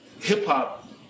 hip-hop